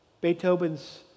Beethoven's